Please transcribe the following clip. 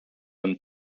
and